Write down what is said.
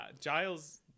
Giles